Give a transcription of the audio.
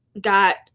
got